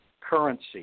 currency